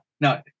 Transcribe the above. no